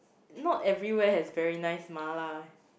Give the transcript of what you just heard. not everywhere has very nice mala